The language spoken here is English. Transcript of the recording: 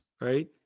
right